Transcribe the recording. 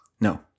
No